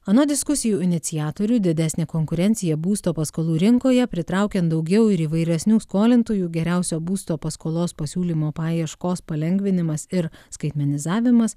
anot diskusijų iniciatorių didesnė konkurencija būsto paskolų rinkoje pritraukiant daugiau ir įvairesnių skolintojų geriausio būsto paskolos pasiūlymo paieškos palengvinimas ir skaitmenizavimas